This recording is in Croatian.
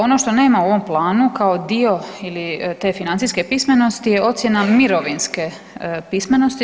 Ono što nema u ovom planu kao dio ili dio te financijske pismenosti je ocjena mirovinske pismenosti.